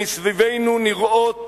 שמסביבנו נראות תופעות,